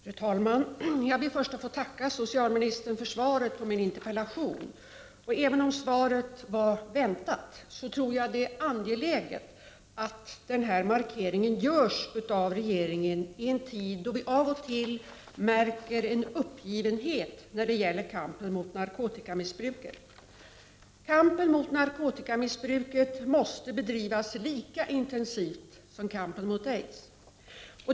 Fru talman! Jag ber först att få tacka socialministern för svaret på min interpellation. Även om svaret var väntat, tror jag att det är angeläget att denna markering görs av regeringen i en tid då vi av och till märker en uppgivenhet när det gäller kampen mot narkotikamissbruket. Kampen mot narko tikamissbruket måste bedrivas lika intensivt som kampen mot aids.